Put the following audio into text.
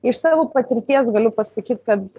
iš savo patirties galiu pasakyt kad